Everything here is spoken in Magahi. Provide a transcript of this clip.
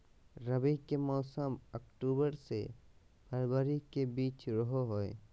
रबी के मौसम अक्टूबर से फरवरी के बीच रहो हइ